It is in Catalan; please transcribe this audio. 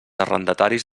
arrendataris